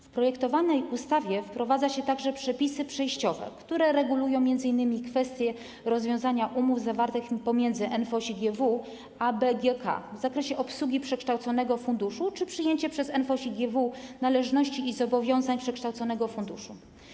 W projektowanej ustawie wprowadza się także przepisy przejściowe, które regulują m.in. kwestię rozwiązania umów zawartych pomiędzy NFOŚiGW a BGK w zakresie obsługi przekształconego funduszu czy przejęcia przez NFOŚiGW należności i zobowiązań przekształconego funduszu.